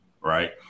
right